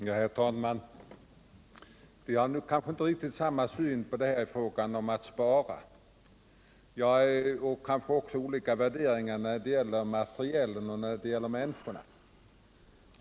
Herr talman! Vi har kanske inte riktigt samma syn på frågan om att spara. Vi har kanske också olika värderingar när det gäller materielen och när det gäller människor.